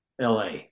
LA